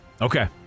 Okay